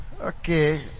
Okay